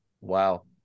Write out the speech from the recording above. wow